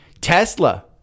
Tesla